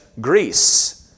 Greece